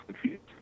confused